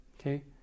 Okay